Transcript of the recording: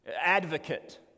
Advocate